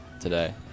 today